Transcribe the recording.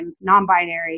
non-binary